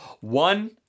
One